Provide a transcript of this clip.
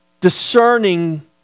discerning